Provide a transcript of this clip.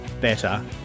better